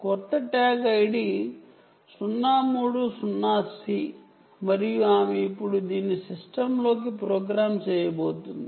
క్రొత్త ట్యాగ్ఐడి 030Cసి మరియు ఆమె ఇప్పుడు దీన్ని సిస్టమ్లోకి ప్రోగ్రామ్ చేయబోతోంది